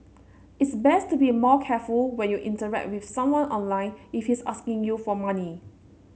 it's best to be more careful when you interact with someone online if he's asking you for money